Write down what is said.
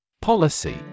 Policy